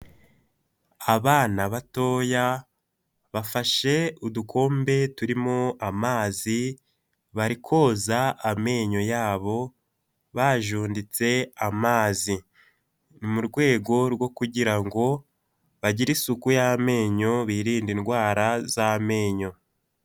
Abana batoya bafashe udukombe turimo amazi bari koza amenyo yabo bajunditse amazi, ni mu rwego rwo kugira ngo bagire isuku y'amenyo biririnde indwara z'amenyo.